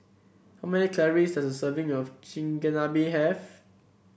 how many calories does a serving of Chigenabe have